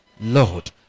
lord